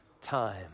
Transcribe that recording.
time